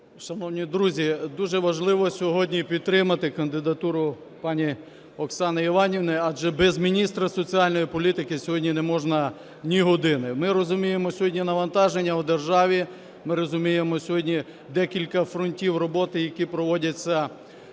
Шановні друзі, дуже важливо сьогодні підтримати кандидатуру пані Оксани Іванівни, адже без міністра соціальної політики сьогодні не можна ні години. Ми розуміємо, сьогодні навантаження у державі, ми розуміємо, сьогодні декілька фронтів роботи, які проводяться під